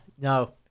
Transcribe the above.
No